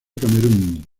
camerún